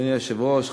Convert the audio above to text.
אדוני היושב-ראש,